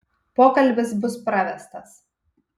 pokalbis bus pravestas